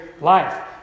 life